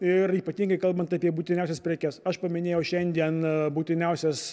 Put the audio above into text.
ir ypatingai kalbant apie būtiniausias prekes aš paminėjau šiandien būtiniausias